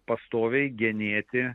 pastoviai genėti